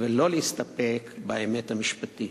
ולא להסתפק באמת המשפטית.